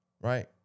Right